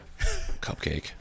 Cupcake